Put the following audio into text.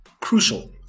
crucial